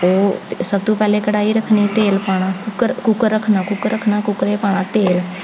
ओह् सब तों पैह्लें कड़ाई रखनी ते तेल पाना कुकर रखना कुकर रखना कुकरै पाना तेल